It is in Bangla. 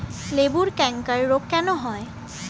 লেবুর ক্যাংকার রোগ কেন হয়?